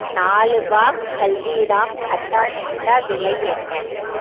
நாலு பாக்ஸ் ஹல்திராம் கட்டா மீட்டா விலை என்ன